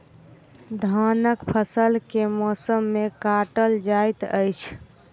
धानक फसल केँ मौसम मे काटल जाइत अछि?